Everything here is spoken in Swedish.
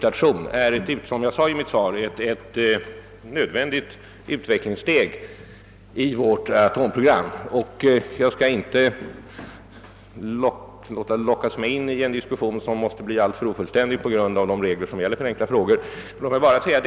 Stalionen är en prototi pstation, ett nödvändigt utvecklingssteg i vårt atomprogram, som jag sagt i mitt svar. Jag skall nu inte låta mig lockas in i en diskussion, som på grund av de regler som gäller för enkla frågor måste bli alltför ofullständig.